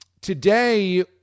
Today